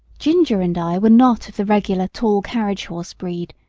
ginger and i were not of the regular tall carriage horse breed,